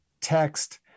text